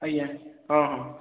ଆଜ୍ଞା ହଁ ହଁ